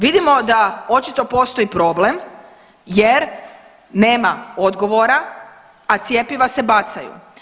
Vidimo da očito postoji problem jer nema odgovora, a cjepiva se bacaju.